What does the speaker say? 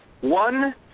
One